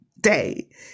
day